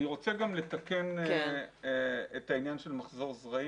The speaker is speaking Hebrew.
רוצה לתקן בנושא מחזור הזרעים.